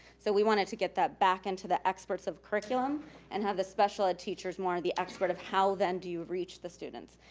so we wanted to get that back into the experts of curriculum and have the special ed teachers more the expert of how then do you reach the students?